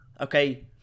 okay